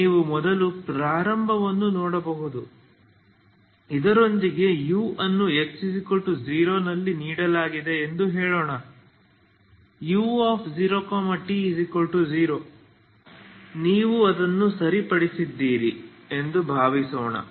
ನೀವು ಮೊದಲು ಪ್ರಾರಂಭವನ್ನು ನೋಡಬಹುದು ಇದರೊಂದಿಗೆ u ಅನ್ನು x0 ನಲ್ಲಿ ನೀಡಲಾಗಿದೆ ಎಂದು ಹೇಳೋಣ u0t0 ನೀವು ಅದನ್ನು ಸರಿಪಡಿಸಿದ್ದೀರಿ ಎಂದು ಭಾವಿಸೋಣ